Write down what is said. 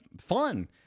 fun